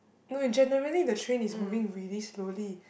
no in generally the train is moving really slowly